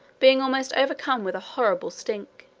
being almost overcome with a horrible stink.